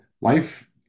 Life